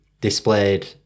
displayed